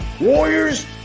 Warriors